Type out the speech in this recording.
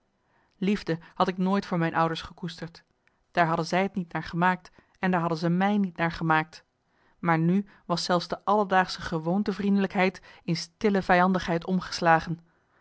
liefde had ik nooit voor mijn ouders gekoesterd daar hadden zij t niet naar gemaakt en daar hadden ze mij niet naar gemaakt maar nu was zelfs marcellus emants een nagelaten bekentenis de alledaagsche gewoonte vriendelijkheid in stille vijandigheid omgeslagen